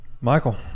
Michael